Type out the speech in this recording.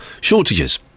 shortages